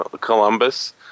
Columbus